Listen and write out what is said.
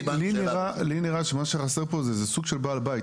לי נראה שמה שחסר פה זה איזה סוג של בעל בית,